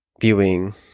viewing